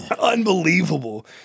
Unbelievable